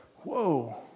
Whoa